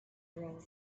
road